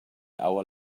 our